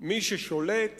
מי ששולט